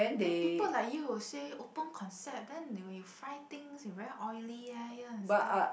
then people like you will say open concept then when you fry things very oily ya ya and stuff